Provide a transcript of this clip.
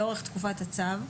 לאורך תקופת הצו.